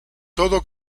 todo